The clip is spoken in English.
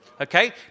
okay